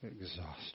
exhausted